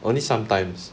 only sometimes